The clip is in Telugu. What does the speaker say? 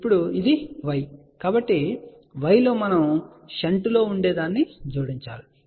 ఇప్పుడు ఇది y కాబట్టి y లో మనం షంట్లో ఉండేదాన్ని జోడించాలి